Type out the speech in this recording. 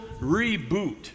reboot